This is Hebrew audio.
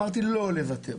אמרתי לא לוותר.